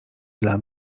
dla